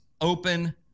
open